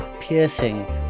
piercing